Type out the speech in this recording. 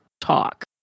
talk